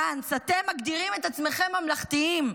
גנץ, אתם מגדירים את עצמכם ממלכתיים.